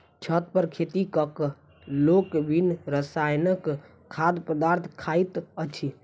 छत पर खेती क क लोक बिन रसायनक खाद्य पदार्थ खाइत अछि